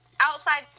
outside